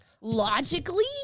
logically